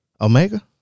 Omega